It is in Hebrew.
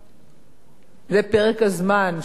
זה פרק הזמן שלוקח לפילה